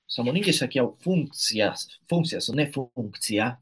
sąmoningai sakiau funkcijas funkcijas o ne funkciją